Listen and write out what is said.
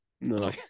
No